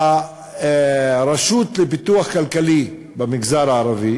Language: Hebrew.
הרשות לפיתוח כלכלי במגזר הערבי